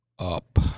up